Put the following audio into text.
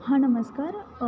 हां नमस्कार